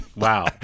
Wow